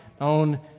own